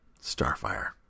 Starfire